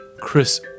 Chris